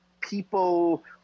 people